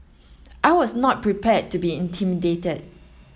I was not prepared to be intimidated